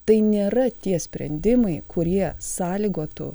tai nėra tie sprendimai kurie sąlygotų